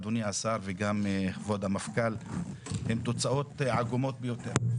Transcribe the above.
אדוני השר וכבוד המפכ"ל, הן תוצאות עגומות ביותר.